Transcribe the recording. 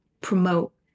promote